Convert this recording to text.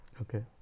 Okay